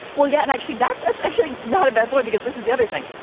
well, yeah, and actually that's that's actually not a bad point because this is the other thing.